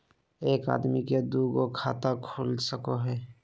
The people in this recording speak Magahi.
एक आदमी के दू गो खाता खुल सको है?